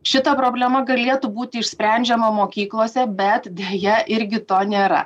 šita problema galėtų būti išsprendžiama mokyklose bet deja irgi to nėra